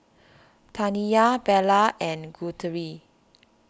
Taniya Bella and Guthrie